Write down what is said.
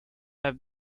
have